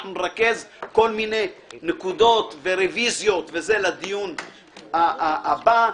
נרכז כל מיני נקודות ורביזיות לדיון הבא,